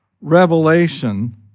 revelation